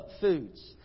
foods